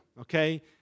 okay